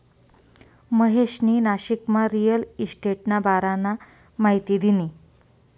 महेशनी नाशिकमा रिअल इशटेटना बारामा माहिती दिनी